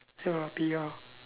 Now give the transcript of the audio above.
ya lor P_R